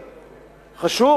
חשוב?